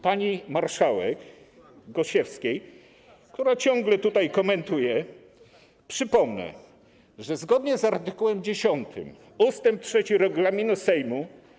Pani marszałek Gosiewskiej, która ciągle tutaj komentuje, przypomnę, że zgodnie z art. 10 ust. 3 regulaminu Sejmu.